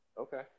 Okay